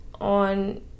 on